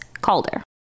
Calder